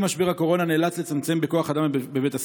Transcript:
עם משבר הקורונה הוא נאלץ לצמצם בכוח אדם בבית הספר.